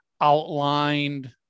outlined